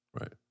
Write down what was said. Right